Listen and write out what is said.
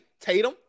Tatum